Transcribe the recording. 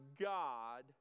God